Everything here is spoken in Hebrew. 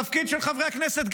התפקיד של חברי הכנסת,